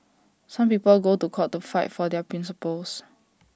some people go to court to fight for their principles